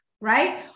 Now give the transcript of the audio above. right